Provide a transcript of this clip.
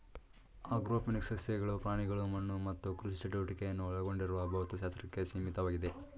agrophysics ಸಸ್ಯಗಳು ಪ್ರಾಣಿಗಳು ಮಣ್ಣು ಮತ್ತು ಕೃಷಿ ಚಟುವಟಿಕೆಯನ್ನು ಒಳಗೊಂಡಿರುವ ಭೌತಶಾಸ್ತ್ರಕ್ಕೆ ಸೀಮಿತವಾಗಿದೆ